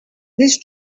these